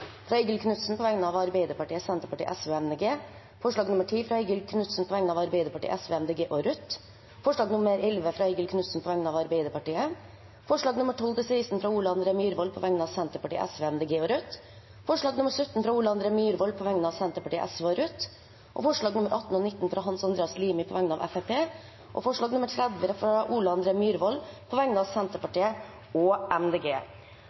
fra Eigil Knutsen på vegne av Arbeiderpartiet, Sosialistisk Venstreparti, Miljøpartiet De Grønne og Rødt forslag nr. 11, fra Eigil Knutsen på vegne av Arbeiderpartiet forslagene nr. 12–16, fra Ole André Myhrvold på vegne av Senterpartiet, Sosialistisk Venstreparti, Miljøpartiet De Grønne og Rødt forslag nr. 17, fra Ole André Myhrvold på vegne av Senterpartiet, Sosialistisk Venstreparti og Rødt forslagene nr. 18 og 19, fra Hans Andreas Limi på vegne av Fremskrittspartiet forslag nr. 30, fra Ole André Myhrvold på vegne av Senterpartiet og